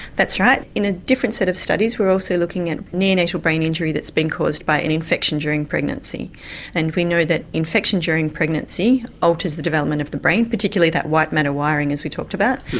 that's right, in a different set of studies we are also looking at neonatal brain injury that's been caused by an infection during pregnancy and we know that infection during pregnancy alters the development of the brain, particularly that white matter wiring that we talked about.